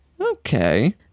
okay